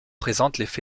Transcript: présentent